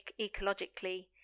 ecologically